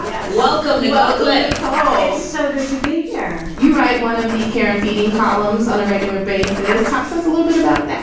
yeah. welcome. nicole calls. so good to be here you right. one of the care and feeding columns on a regular basis. talk to us a little bit about that